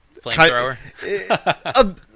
flamethrower